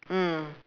mm